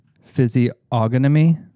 Physiognomy